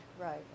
Right